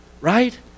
right